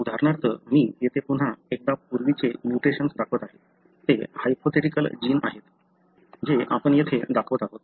उदाहरणार्थ मी येथे पुन्हा एकदा पूर्वीचे म्युटेशन्स दाखवत आहे ते हायपोथेटिकल जीन आहेत जे आपण येथे दाखवत आहोत